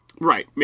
Right